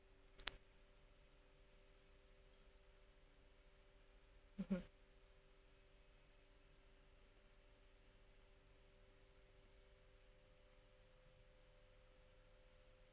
mmhmm